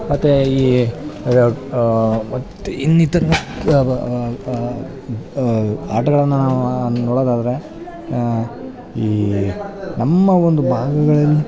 ಮತ್ತು ಈ ಮತ್ತು ಇನ್ನಿತರ ಆಟಗಳನ್ನು ನಾವು ನೊಡೋದಾದರೆ ಈ ನಮ್ಮ ಒಂದು ಭಾಗಗಳಲ್ಲಿ